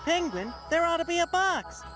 penguin, there oughta be a box!